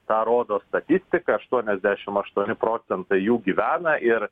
tą rodo statistika aštuoniasdešim aštuoni procentai jų gyvena ir